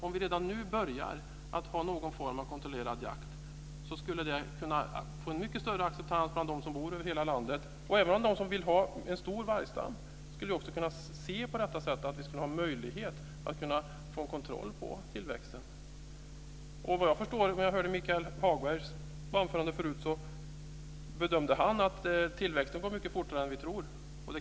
Om vi redan nu börjar med någon form av kontrollerad jakt skulle vargen få en mycket större acceptans bland dem som bor över landet. Även de som vill ha en stor vargstam skulle kunna se detta som en möjlighet att få kontroll på tillväxten. Såvitt jag förstår av Michael Hagbergs anförande bedömde han att tillväxten går mycket fortare än vad vi tror.